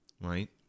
right